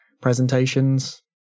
presentations